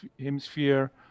hemisphere